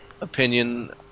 opinion